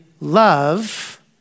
love